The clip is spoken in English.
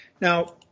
Now